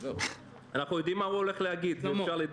אתם מאמינים לראש